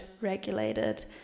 regulated